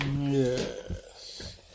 yes